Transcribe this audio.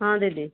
ହଁ ଦିଦିି